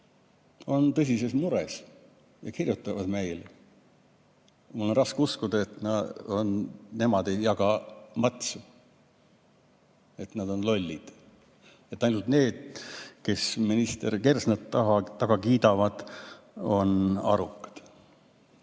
on tõsises mures ja kirjutavad meile, siis mul on raske uskuda, et nemad ei jaga matsu, et nad on lollid, ja ainult need, kes minister Kersnale takka kiidavad, on arukad.